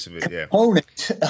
component